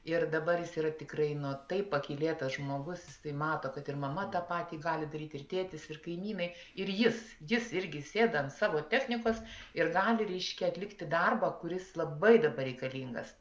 ir dabar jis yra tikrai nu taip pakylėtas žmogus jisai mato kad ir mama tą patį gali daryti ir tėtis ir kaimynai ir jis jis irgi sėda ant savo technikos ir gali reiškia atlikti darbą kuris labai dabar reikalingas